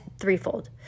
threefold